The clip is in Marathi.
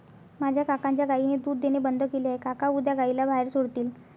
माझ्या काकांच्या गायीने दूध देणे बंद केले आहे, काका उद्या गायीला बाहेर सोडतील